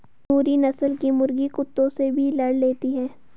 नूरी नस्ल की मुर्गी कुत्तों से भी लड़ लेती है